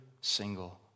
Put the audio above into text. single